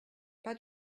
pas